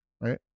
right